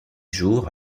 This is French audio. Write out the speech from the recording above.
jours